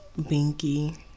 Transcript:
Binky